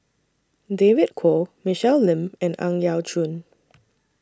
David Kwo Michelle Lim and Ang Yau Choon